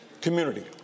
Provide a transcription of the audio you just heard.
community